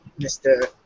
Mr